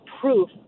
proof